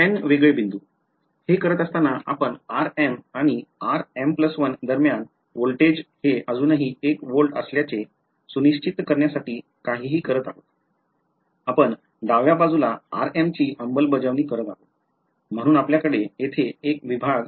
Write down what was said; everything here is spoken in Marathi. एन वेगळ्या बिंदू हे करत असताना आपण r m आणि rm1 दरम्यान व्होल्टेज हे अजूनही १एक वोल्ट असल्याचे सुनिश्चित करण्यासाठी काहीही करत आहोत आपण डाव्या बाजूला rm ची अंमलबजावणी करत आहोत म्हणून आपल्याकडे येथे एक विभाग आहे